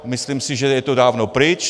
Myslím si, že je to dávno pryč.